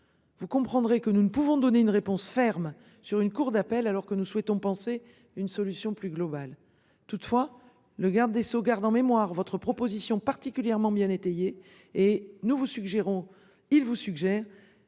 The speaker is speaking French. Vous comprendrez que nous ne pouvons donner une réponse ferme sur une cour d'appel alors que nous souhaitons penser une solution plus globale. Toutefois, le garde des Sceaux garde en mémoire votre proposition particulièrement bien étayé et nous vous suggérons il vous suggère